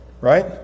right